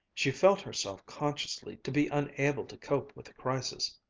she felt herself consciously to be unable to cope with the crisis.